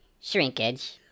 Shrinkage